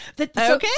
Okay